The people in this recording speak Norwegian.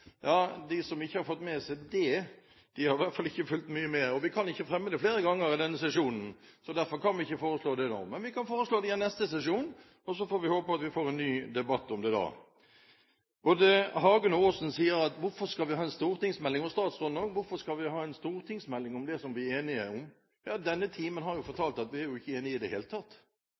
Ja, de som ikke har fått med seg dét, har i hvert fall ikke fulgt mye med. Vi kan ikke fremme det flere ganger i denne sesjonen, så derfor kan vi ikke foreslå det nå. Men vi kan jo foreslå det igjen neste sesjon. Så får vi håpe at vi får en ny debatt om det da. Både Hagen og Aasen spør hvorfor vi skal ha en stortingsmelding fra statsråden nå. Hvorfor skal vi ha en stortingsmelding om det vi er enige om? Ja, denne timen har jo vist at vi ikke er enige i det hele tatt!